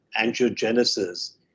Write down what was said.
angiogenesis